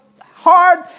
hard